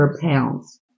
pounds